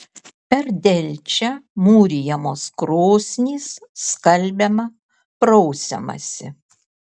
per delčią mūrijamos krosnys skalbiama prausiamasi